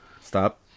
Stop